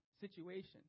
situation